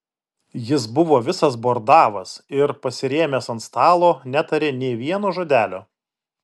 jis buvo visas bordavas ir pasirėmęs ant stalo netarė nė vieno žodelio